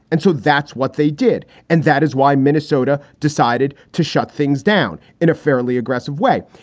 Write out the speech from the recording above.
and so that's what they did. and that is why minnesota decided to shut things down in a fairly aggressive way.